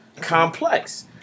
Complex